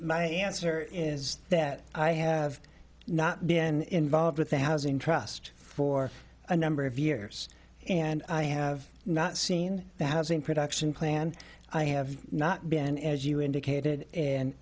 my answer is that i have not been involved with a housing trust for a number of years and i have not seen the housing production plan i have not been as you indicated